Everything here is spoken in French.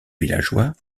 villageois